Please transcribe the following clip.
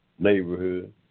neighborhood